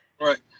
Right